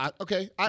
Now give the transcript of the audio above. Okay